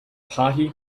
party